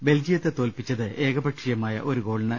ബെൽജിയത്തെ തോല്പി ച്ചത് ഏകപക്ഷീയമായ ഒരു ഗോളിന്